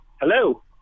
Hello